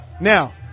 Now